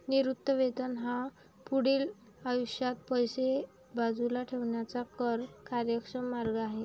निवृत्ती वेतन हा पुढील आयुष्यात पैसे बाजूला ठेवण्याचा कर कार्यक्षम मार्ग आहे